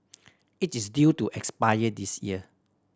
it is due to expire this year